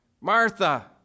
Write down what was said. Martha